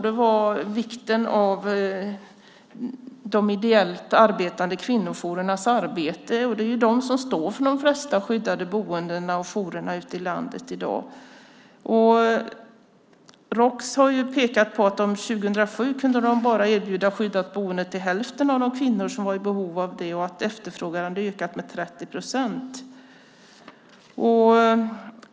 Det var vikten av de ideellt arbetande kvinnojourernas arbete. Det är ju de som står för de flesta skyddade boendena och jourerna ute i landet i dag. Roks har ju pekat på att man 2007 bara kunde erbjuda skyddat boende till hälften av de kvinnor som var i behov av det och att efterfrågan hade ökat med 30 procent.